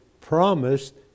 promised